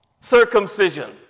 circumcision